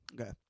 Okay